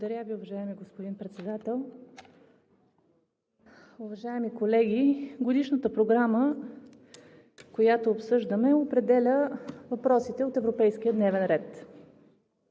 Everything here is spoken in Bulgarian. Благодаря Ви, уважаеми господин Председател. Уважаеми колеги! Годишната програма, която обсъждаме, определя въпросите от европейския дневен ред,